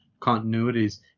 continuities